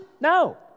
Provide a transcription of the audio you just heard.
No